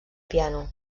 piano